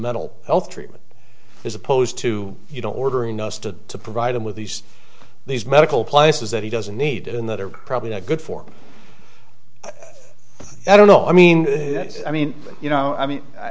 mental health treatment as opposed to you don't ordering us to provide him with these these medical places that he doesn't need in that are probably not good for i don't know i mean yes i mean you know i mean